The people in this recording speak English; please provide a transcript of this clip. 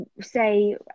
say